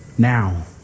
Now